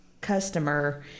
customer